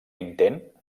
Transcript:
intent